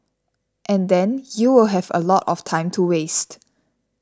and then you will have a lot of time to waste